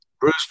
Bruce